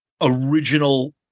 original